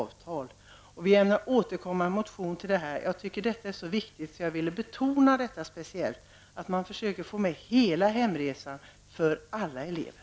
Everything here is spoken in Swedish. Vi ämnar återkomma till detta i en motion. Frågan är så viktig att jag särskilt har velat betona den. Det gäller att försöka få bidrag för hela hemresan för alla elever.